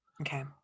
Okay